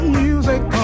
music